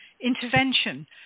intervention